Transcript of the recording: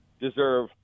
deserve